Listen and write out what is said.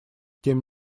тем